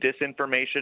disinformation